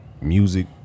Music